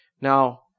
Now